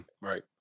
Right